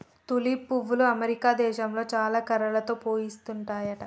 tulip పువ్వులు America దేశంలో చాలా కలర్లలో పూస్తుంటాయట